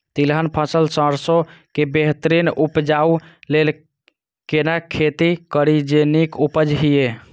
तिलहन फसल सरसों के बेहतरीन उपजाऊ लेल केना खेती करी जे नीक उपज हिय?